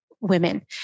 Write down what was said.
women